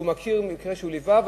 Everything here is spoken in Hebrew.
שהוא מכיר מקרה שהוא ליווה,